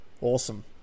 Awesome